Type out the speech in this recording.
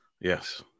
Yes